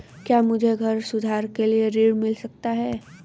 क्या मुझे घर सुधार के लिए ऋण मिल सकता है?